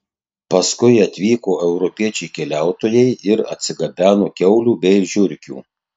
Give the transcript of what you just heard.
paskui atvyko europiečiai keliautojai ir atsigabeno kiaulių bei žiurkių